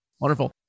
Wonderful